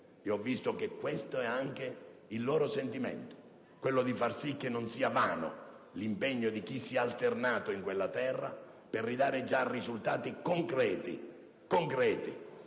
e ho visto che questo è anche il loro sentimento, quello di far sì che non sia vano l'impegno di chi si è alternato in quella terra per ridare già risultati concreti: la